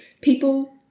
People